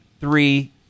three